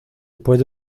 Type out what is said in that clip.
puede